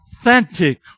authentic